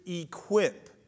equip